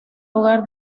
lugar